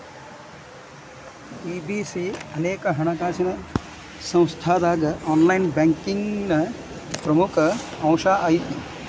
EBP ಅನೇಕ ಹಣಕಾಸಿನ್ ಸಂಸ್ಥಾದಾಗ ಆನ್ಲೈನ್ ಬ್ಯಾಂಕಿಂಗ್ನ ಪ್ರಮುಖ ಅಂಶಾಐತಿ